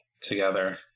together